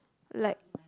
like